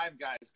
guys